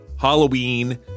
Halloween